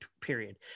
period